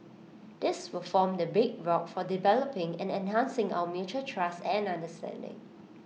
this will form the bedrock for developing and enhancing our mutual trust and understanding